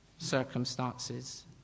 circumstances